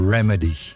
Remedy